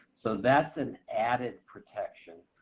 so that's an added protection.